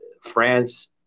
France